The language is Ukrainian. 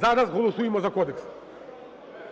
зараз голосуємо за Кодекс.